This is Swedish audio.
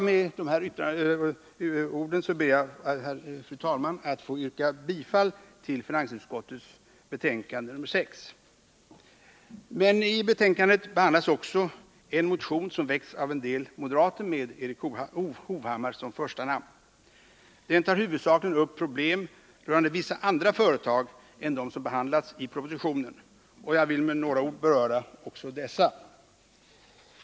Med de här orden ber jag, fru talman, att få yrka bifall till finansutskottets hemställan i betänkandet nr 6. Men i betänkandet behandlas också en motion som väckts av en del moderater med Erik Hovhammar som första namn. Den tar huvudsakligen upp problem rörande vissa andra företag än de som behandlats i propositionen, och jag vill med några ord beröra även dessa.